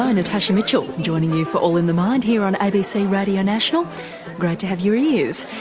um natasha mitchell joining you for all in the mind here on abc radio national great to have your ears.